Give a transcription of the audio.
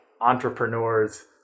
entrepreneurs